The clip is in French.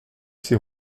ses